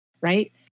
Right